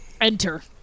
enter